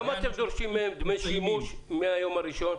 למה אתם דורשים מהם דמי שימוש מהיום הראשון?